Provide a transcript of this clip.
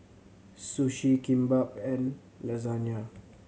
Sushi Kimbap and Lasagne